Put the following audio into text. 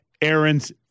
Aaron's